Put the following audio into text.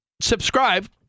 Subscribe